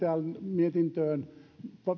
mietintöön